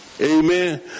Amen